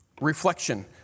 Reflection